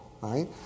Right